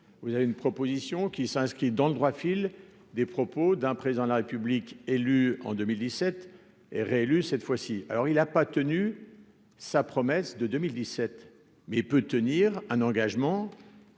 vous avez une proposition qui s'inscrit dans le droit fil des propos d'un président de la République, élu en 2017 et réélu cette fois-ci, alors il a pas tenu sa promesse de 2017 mais peut tenir un engagement